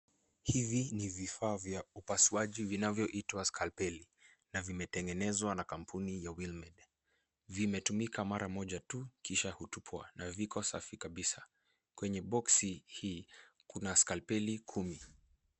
Hivi ni vifaa vya upasuaji vinavyoitwa skalpeli, na vimetengenezwa na kampuni ya Wilmed. Vimetumika mara moja tu, kisha hutupwa, na viko safi kabisa. Kwenye boxi hii, kuna skalpeli kumi.